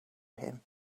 him